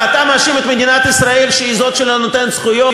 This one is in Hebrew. ואתה מאשים את מדינת ישראל שהיא זאת שלא נותנת זכויות?